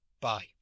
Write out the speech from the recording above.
bye